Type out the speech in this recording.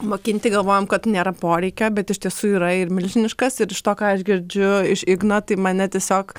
mokinti galvojom kad nėra poreikio bet iš tiesų yra ir milžiniškas ir iš to ką aš girdžiu iš igno tai mane tiesiog